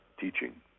teaching